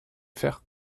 faire